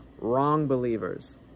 wrong-believers